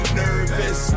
nervous